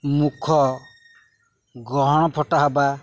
ମୁଖ ଗ୍ରହଣ ଫଟା ହେବା